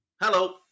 Hello